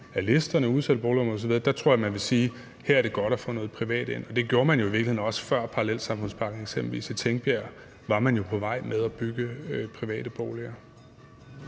af listerne, udsatte boligområder osv., tror jeg man vil sige, at her er det godt at få noget privat ind. Og det gjorde man jo i virkeligheden også før parallelsamfundspakken, eksempelvis i Tingbjerg var man jo på vej med at bygge private boliger.